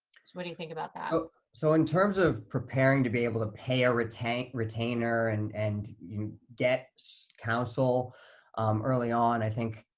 what do you think about that? so in terms of preparing to be able to pay a retainer retainer and and you get counsel early on, i think,